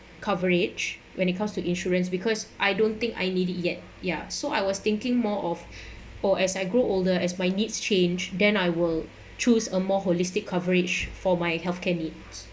coverage when it comes to insurance because I don't think I need it yet ya so I was thinking more of or as I grew older as my needs change then I will choose a more holistic coverage for my health care needs